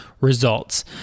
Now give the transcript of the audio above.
results